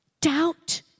doubt